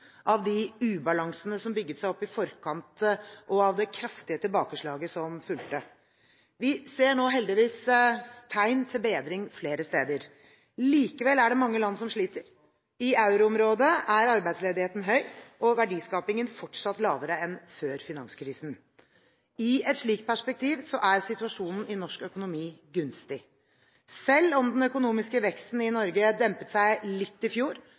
av de ubalansene som bygget seg opp i forkant, og av det kraftige tilbakeslaget som fulgte. Vi ser nå heldigvis tegn til bedring flere steder. Likevel er det mange land som sliter. I euroområdet er arbeidsledigheten høy og verdiskapingen fortsatt lavere enn før finanskrisen. I et slikt perspektiv er situasjonen i norsk økonomi gunstig. Selv om den økonomiske veksten i Norge dempet seg litt i fjor,